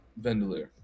Vendelier